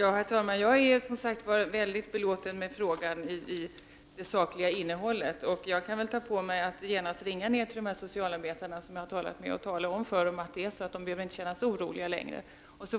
Herr talman! Jag är väldigt belåten med det sakliga innehållet i svaret. Jag kan åta mig att genast ringa till de socialarbetare som jag har varit i kontakt med och tala om för dem att de inte längre behöver känna sig oroliga.